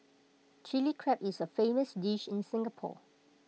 Chilli Crab is A famous dish in Singapore